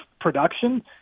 production